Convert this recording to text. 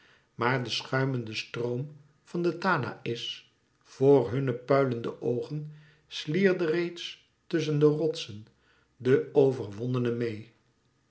maar de schuimende stroom van den tanaïs voor hunne puilende oogen slierde reeds tusschen de rotsen de overwonnene meê